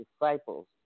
disciples